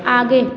आगे